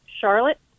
Charlotte